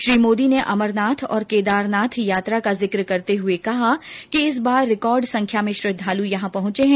श्री मोदी ने अमरनाथ और केदारनाथ यात्रा का जिक्र करते हुए कहा कि इस बार रिकॉर्ड संख्या में श्रद्वाल यहां पहुंचे है